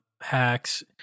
hacks